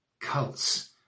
cults